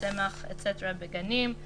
צמחים וכולי בגנים.